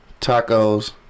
Tacos